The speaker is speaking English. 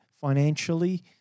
financially